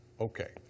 okay